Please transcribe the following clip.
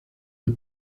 del